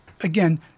again